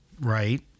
Right